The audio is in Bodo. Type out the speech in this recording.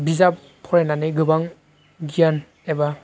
बिजाब फरायनानै गोबां गियान एबा